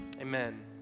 amen